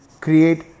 create